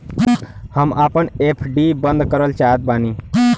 हम आपन एफ.डी बंद करल चाहत बानी